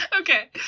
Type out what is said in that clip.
Okay